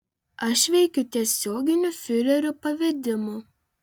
aš veikiu tiesioginiu fiurerio pavedimu